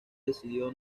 decidió